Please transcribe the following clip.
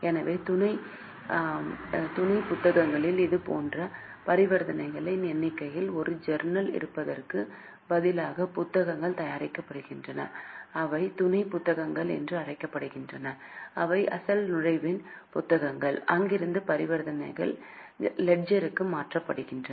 எனவே துணை புத்தகங்களில் இதேபோன்ற பரிவர்த்தனை எண்ணிக்கையில் ஒரு ஜர்னல் இருப்பதற்குப் பதிலாக புத்தகங்கள் தயாரிக்கப்படுகின்றன அவை துணை புத்தகங்கள் என்று அழைக்கப்படுகின்றன இவை அசல் நுழைவின் புத்தகங்கள் அங்கிருந்து பரிவர்த்தனைகள் லெட்ஜருக்கு மாற்றப்படுகின்றன